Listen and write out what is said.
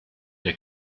der